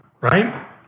right